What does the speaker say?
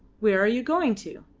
where are you going to?